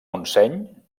montseny